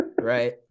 Right